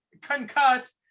concussed